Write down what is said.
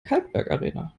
kalkbergarena